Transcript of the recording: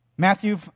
Matthew